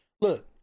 Look